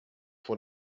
for